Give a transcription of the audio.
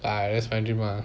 just find him ah